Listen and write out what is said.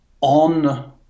on